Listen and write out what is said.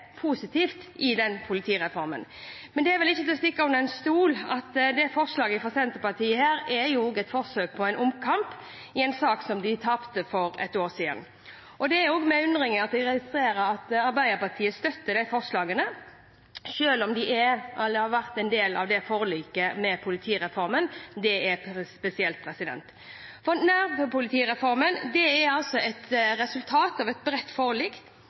positivt. Da er det viktig å se på det som er positivt i politireformen. Det er vel ikke til å stikke under stol at forslaget fra Senterpartiet er et forsøk på omkamp i en sak som de tapte for et år siden. Det er med undring jeg registrerer at Arbeiderpartiet støtter forslagene, selv om de var en del av forliket om politireformen. Det er spesielt. Nærpolitireformen er et resultat av et bredt forlik.